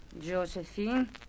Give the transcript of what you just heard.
Josephine